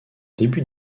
début